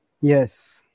Yes